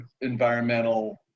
environmental